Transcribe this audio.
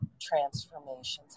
transformations